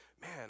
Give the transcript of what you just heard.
man